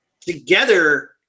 together